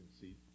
See